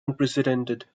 unprecedented